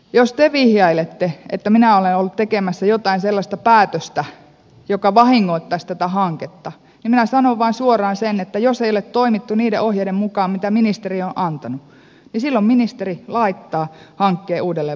jos te vihjailette että minä olen ollut tekemässä jotain sellaista päätöstä joka vahingoittaisi tätä hanketta niin minä sanon vain suoraan sen että jos ei ole toimittu niiden ohjeiden mukaan mitä ministeriö on antanut niin silloin ministeri laittaa hankkeen uudelleen valmisteluun